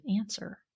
answer